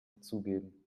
dazugeben